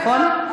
נכון?